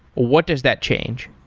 what does that change?